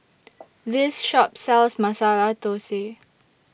This Shop sells Masala Thosai